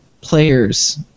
players